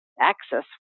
access